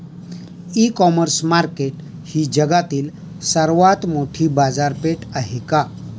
इ commerce market ही जगातील सर्वात मोठी बाजारपेठ आहे का?